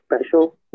special